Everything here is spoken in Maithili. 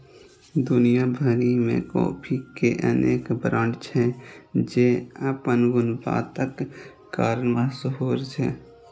दुनिया भरि मे कॉफी के अनेक ब्रांड छै, जे अपन गुणवत्ताक कारण मशहूर छै